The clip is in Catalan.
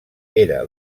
era